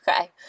Okay